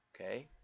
Okay